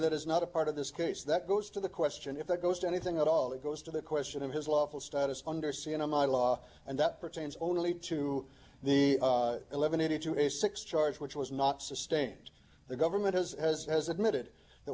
that is not a part of this case that goes to the question if it goes to anything at all it goes to the question of his lawful status under c n n law and that pertains only to the eleven eighty two eighty six charge which was not sustained the government has as has admitted that